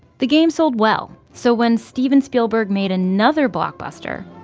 the game sold well, so when steven spielberg made another blockbuster,